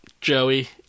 Joey